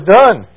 done